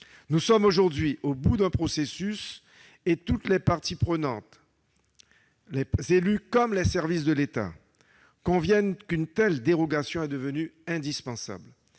Nous sommes aujourd'hui au bout d'un processus, et toutes les parties prenantes, élus comme services de l'État, conviennent qu'une telle dérogation est devenue indispensable.